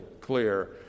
clear